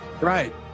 Right